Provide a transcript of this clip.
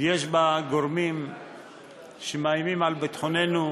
ויש בה גורמים שמאיימים על ביטחוננו,